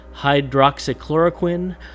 hydroxychloroquine